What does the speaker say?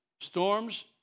storms